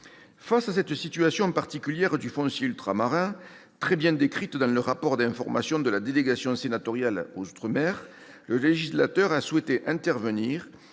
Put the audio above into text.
Face à cette situation particulière du foncier ultramarin, très bien décrite dans le rapport d'information de la délégation sénatoriale à l'outre-mer, le législateur a souhaité intervenir